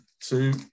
two